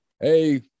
hey –